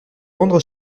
rendre